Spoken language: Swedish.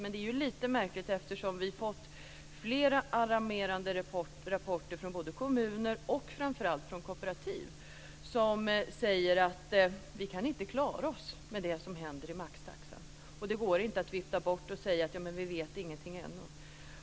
Men det är ju lite märkligt eftersom vi fått flera alarmerande rapporter från både kommuner och framför allt kooperativ, som säger att de inte kan klara sig med tanke på det som händer till följd av maxtaxan. Det går inte att vifta bort detta med att säga att vi inte vet någonting ännu.